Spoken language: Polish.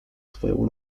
swoją